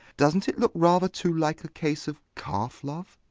doesn't it look rather too like a case of calf love?